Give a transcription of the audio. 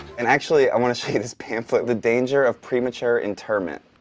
and actually i want to show you this pamphlet, the danger of premature interment.